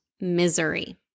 misery